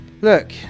Look